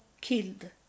killed